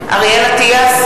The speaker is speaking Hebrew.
אטיאס,